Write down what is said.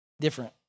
different